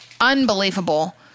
unbelievable